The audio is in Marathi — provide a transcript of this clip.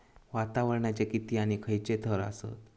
वातावरणाचे किती आणि खैयचे थर आसत?